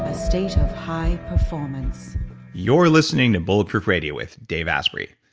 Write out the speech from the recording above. ah state of high performance you're listening to bulletproof radio with dave asprey.